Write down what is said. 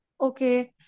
Okay